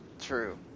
true